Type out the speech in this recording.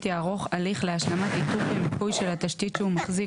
יערוך הליך להשלמת איתור ומיפוי של התשתית שהוא מחזיק